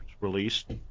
released